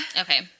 Okay